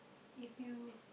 if you